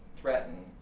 threaten